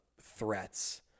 threats